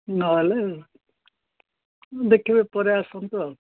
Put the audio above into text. ନହେଲେ ଦେଖିବେ ପରେ ଆସନ୍ତୁ ଆଉ